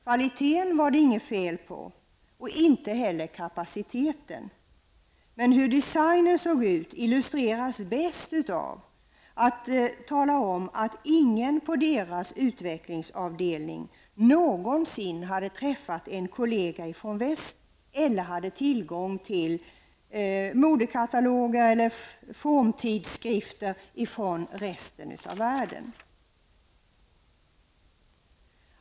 Jag fann inte något fel vare sig på kvaliteten eller på kapaciteten. Men hur det var beställt med designen illustreras bäst på följande sätt. Ingen på utvecklingsavdelningen hade nämligen någonsin träffat en kollega från väst. Inte heller hade man tillgång till modekataloger eller formtidskrifter från övriga världen.